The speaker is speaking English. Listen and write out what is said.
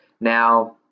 Now